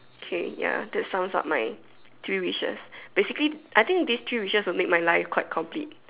K ya that sums up my three wishes basically I think this three wishes will make my life quite complete